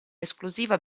esclusiva